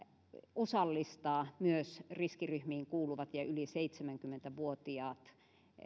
osallistaa myös riskiryhmiin kuuluvat ja yli seitsemänkymmentä vuotiaat